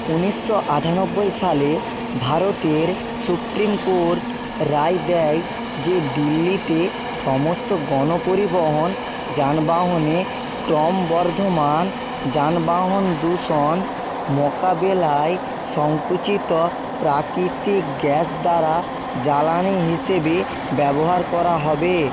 উনিশশো আটানব্বই সালে ভারতের সুপ্রিম কোর্ট রায় দেয় যে দিল্লিতে সমস্ত গণপরিবহন যানবাহনে ক্রমবর্ধমান যানবাহন দূষণ মোকাবিলায় সঙ্কুচিত প্রাকৃতিক গ্যাস দ্বারা জ্বালানি হিসেবে ব্যবহার করা হবে